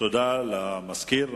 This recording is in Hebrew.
תודה לסגן המזכיר.